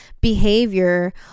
behavior